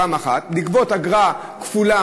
ולגבות אגרה כפולה,